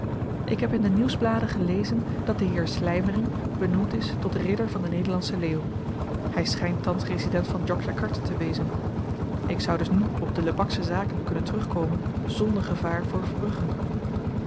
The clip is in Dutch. ik heb in de nieuwsbladen gelezen dat de heer slymering benoemd is tot ridder van den nederlandschen leeuw hy schynt thans resident van djokjakarta te wezen ik zou dus nu op de lebaksche zaken kunnen terugkomen zonder gevaar voor verbrugge